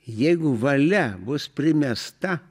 jeigu valia bus primesta